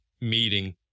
meeting